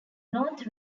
north